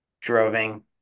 droving